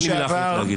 אין לי מילה אחרת להגיד.